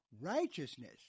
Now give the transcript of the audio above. Righteousness